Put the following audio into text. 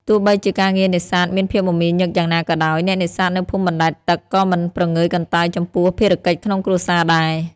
ទោះបីជាការងារនេសាទមានភាពមមាញឹកយ៉ាងណាក៏ដោយ អ្នកនេសាទនៅភូមិបណ្ដែតទឹកក៏មិនព្រងើយកន្តើយចំពោះភារកិច្ចក្នុងគ្រួសារដែរ។